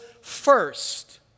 first